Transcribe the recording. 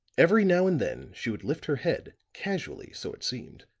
every now and then she would lift her head, casually, so it seemed,